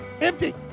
Empty